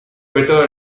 bitter